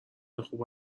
خوب